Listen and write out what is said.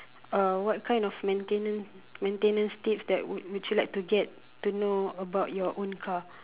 uh what kind of maintenance maintenance tips that would would you like to get to know about your own car